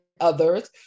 others